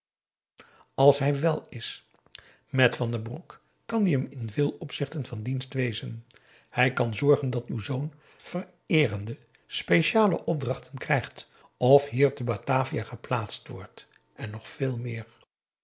als hij wèl is met van den broek kan die hem in veel opzichten van dienst wezen hij kan zorgen dat uw zoon vereerende speciale opdrachten krijgt of hier te batavia geplaatst wordt en nog veel meer